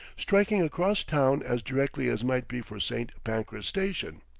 striking across town as directly as might be for st. pancras station.